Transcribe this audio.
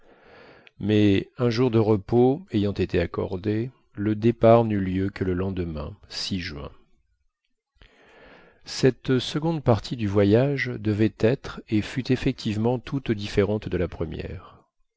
mais un jour de repos ayant été accordé le départ n'eut lieu que le lendemain juin cette seconde partie du voyage devait être et fut effectivement toute différente de la première